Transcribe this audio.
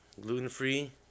Gluten-free